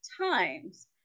times